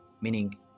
meaning